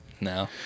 No